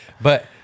But-